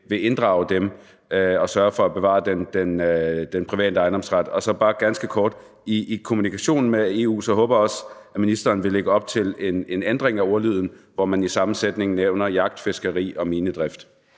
inddrage dem og sørge for at bevare den private ejendomsret. Så bare ganske kort: I kommunikationen med EU håber jeg også, at ministeren vil lægge op til en ændring af ordlyden, hvor man i samme sætning nævner jagt, fiskeri og minedrift.